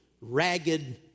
ragged